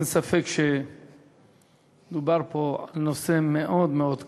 אין ספק שמדובר פה בנושא מאוד מאוד כאוב.